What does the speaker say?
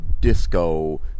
disco